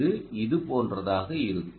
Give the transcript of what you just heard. இது இதுபோன்றதாக இருக்கும்